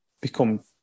become